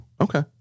okay